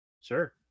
Sure